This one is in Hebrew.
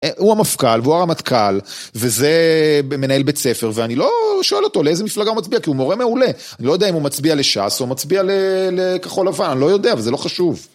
הוא המפכ"ל והוא הרמטכ"ל, וזה מנהל בית ספר, ואני לא שואל אותו לאיזה מפלגה הוא מצביע, כי הוא מורה מעולה. אני לא יודע אם הוא מצביע לשאס או מצביע לכחול לבן, לא יודע, זה לא חשוב.